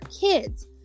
kids